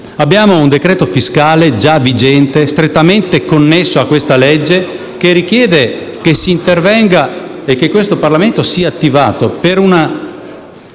Abbiamo un decreto fiscale, già vigente e strettamente connesso a questa legge, che richiede che s'intervenga e che questo Parlamento sia attivato per una